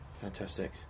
Fantastic